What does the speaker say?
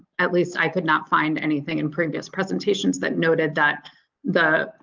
at least i could not find anything in previous presentations that noted that the